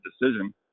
decision